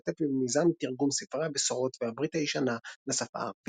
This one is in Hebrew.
והשתתף במיזם תרגום ספרי הבשורות והברית הישנה לשפה הערבית.